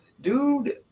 dude